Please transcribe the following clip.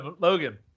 Logan